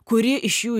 kurį iš jų